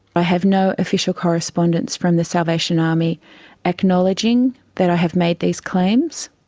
i have no official correspondence from the salvation army acknowledging that i have made these claims,